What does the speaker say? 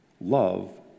Love